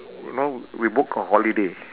you know we book a holiday